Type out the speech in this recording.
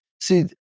See